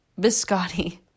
Biscotti